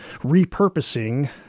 repurposing